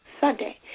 Sunday